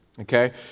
Okay